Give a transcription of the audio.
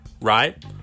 right